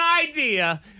idea